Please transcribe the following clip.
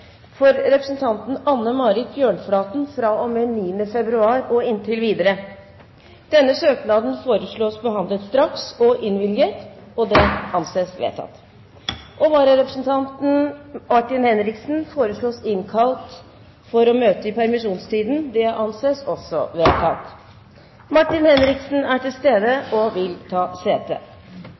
for representanten Anne Marit Bjørnflaten fra og med 9. februar og inntil videre. Etter forslag fra presidenten ble enstemmig besluttet: Søknaden behandles straks og innvilges. Vararepresentanten, Martin Henriksen, innkalles for å møte i permisjonstiden. Martin Henriksen er til stede og vil ta sete.